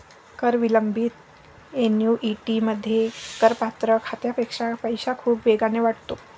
कर विलंबित ऍन्युइटीमध्ये, करपात्र खात्यापेक्षा पैसा खूप वेगाने वाढतो